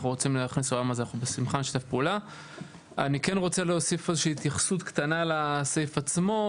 אני כן רוצה להוסיף איזושהי התייחסות קטנה לסעיף עצמו.